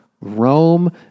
Rome